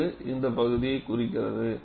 அது இந்த பகுதியைக் குறிக்கிறது